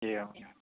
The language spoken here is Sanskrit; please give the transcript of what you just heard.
एवम्